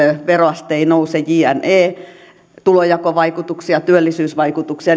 veroaste ei nouse ja niin edelleen tulonjakovaikutuksia työllisyysvaikutuksia